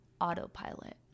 autopilot